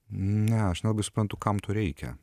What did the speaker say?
ne aš nelabai suprantu kam to reikia